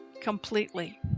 completely